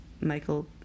Michael